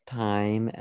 time